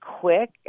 quick